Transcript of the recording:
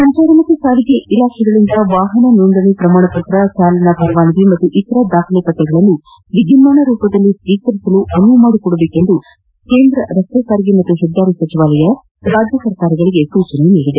ಸಂಚಾರ ಮತ್ತು ಸಾರಿಗೆ ಇಲಾಖೆಗಳಿಂದ ವಾಹನ ನೋಂದಣಿ ಪ್ರಮಾಣ ಪತ್ರ ಚಾಲನಾ ಪರವಾನಗಿ ಮತ್ತು ಇತರೆ ದಾಖಲೆಗಳನ್ನು ವಿದ್ಯುನ್ನಾನ ರೂಪದಲ್ಲಿ ಸ್ವೀಕರಿಸಲು ಅನುವು ಮಾಡಿಕೊಡಬೇಕೆಂದು ಕೇಂದ್ರ ರಸ್ತೆ ಸಾರಿಗೆ ಮತ್ತು ಹೆದ್ದಾರಿ ಸಚಿವಾಲಯವು ರಾಜ್ಯ ಸರ್ಕಾರಗಳಿಗೆ ಸೂಚನೆ ನೀಡಿದೆ